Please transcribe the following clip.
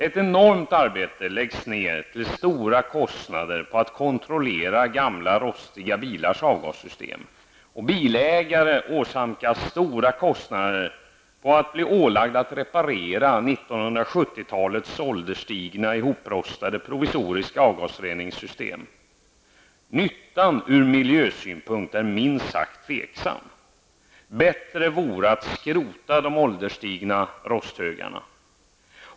Ett enormt arbete till stora kostnader läggs ner på att kontrollera gamla rostiga bilars avgassystem. Bilägaren åsamkas stora kostnader genom att han eller hon blir ålagd att reparera 70-talets ålderstigna ihoprostade provisoriska avgasreningssystem. Nyttan ur miljösynpunkt är minst sagt tveksam. Bättre vore att skrota de ålderstigna rosthögarna.